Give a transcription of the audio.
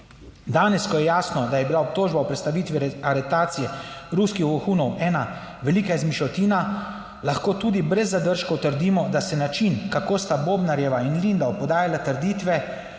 Danes, ko je jasno, da je bila obtožba o prestavitvi aretacije ruskih vohunov ena velika izmišljotina, lahko tudi brez zadržkov trdimo, da se način, kako sta Bobnarjeva in Lindav podajala trditve,